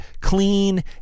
clean